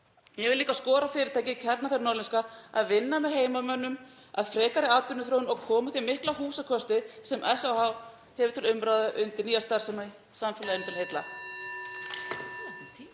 Ég vil líka skora á fyrirtækið Kjarnafæði Norðlenska að vinna með heimamönnum að frekari atvinnuþróun og koma þeim mikla húsakosti sem SAH hefur til umráða undir nýja starfsemi samfélaginu til heilla.